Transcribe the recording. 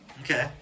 Okay